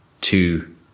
two